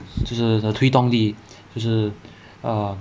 就是推动力就是 err